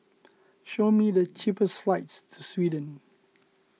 show me the cheapest flights to Sweden